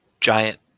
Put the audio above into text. giant